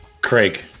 Craig